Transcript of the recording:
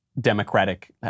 democratic